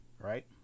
right